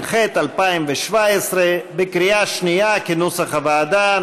התשע"ח 2017, בקריאה שנייה, כנוסח הוועדה.